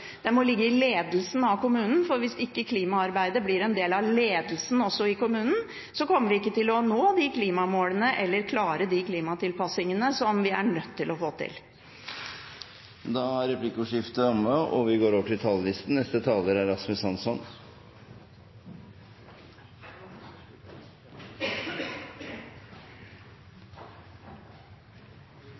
den må ligge i ledelsen av kommunen, for hvis ikke klimaarbeidet blir en del av ledelsen også i kommunen, så kommer vi ikke til å nå de klimamålene eller klare de klimatilpasningene som vi er nødt til å få til. Replikkordskiftet er omme. Miljøpartiet De Grønne sitter foreløpig ikke i kommunal- og forvaltningskomiteen, og til